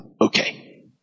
okay